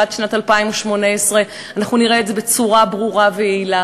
ועד שנת 2018 אנחנו נראה את זה בצורה ברורה ויעילה.